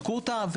בדקו אותה.